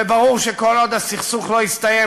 וברור שכל עוד הסכסוך לא יסתיים,